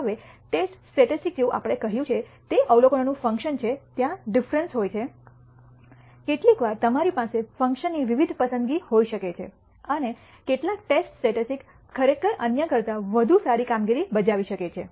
હવે test statistics જેવું આપણે કહ્યું છે તે અવલોકનોનું ફંકશન છે ત્યાં ડિફરેન્સ હોય છે કેટલીકવાર તમારી પાસે ફંકશનની વિવિધ પસંદગી હોઇ શકે છે અને કેટલાક ટેસ્ટ સ્ટેટિસ્ટિક્સ ખરેખર અન્ય કરતા વધુ સારી કામગીરી બજાવી શકે છે